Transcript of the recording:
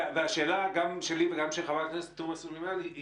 השאלה גם שלי וגם של חברת הכנסת עאידה תומא סלימאן היא